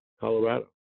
Colorado